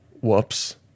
Whoops